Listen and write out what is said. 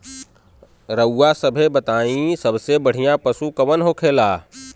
रउआ सभ बताई सबसे बढ़ियां पशु कवन होखेला?